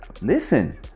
Listen